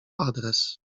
adres